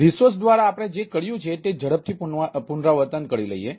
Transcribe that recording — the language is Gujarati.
તેથી રિસોર્સ દ્વારા આપણે જે કર્યું છે તે ઝડપથી પુનરાવર્તન કરી લઈએ